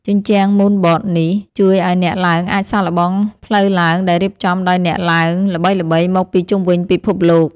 ជញ្ជាំងមូនបតនេះ ជួយឱ្យអ្នកឡើងអាចសាកល្បងផ្លូវឡើងដែលរៀបចំដោយអ្នកឡើងល្បីៗមកពីជុំវិញពិភពលោក។